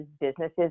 businesses